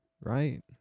right